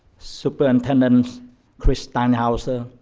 superintendent chris steinhauser,